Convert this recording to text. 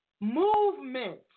movement